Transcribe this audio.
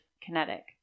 kinetic